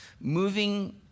moving